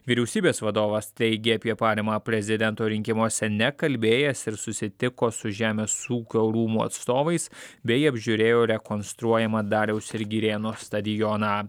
vyriausybės vadovas teigė apie paramą prezidento rinkimuose nekalbėjęs ir susitiko su žemės ūkio rūmų atstovais bei apžiūrėjo rekonstruojamą dariaus ir girėno stadioną